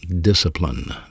discipline